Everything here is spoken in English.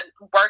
work